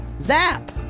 zap